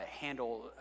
handle